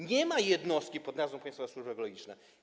Nie ma jednostki pod nazwą państwowa służba geologiczna.